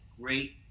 great